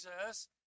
Jesus